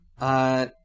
Uh-